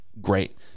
great